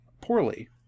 Poorly